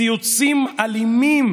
ציוצים אלימים